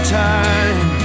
time